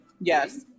Yes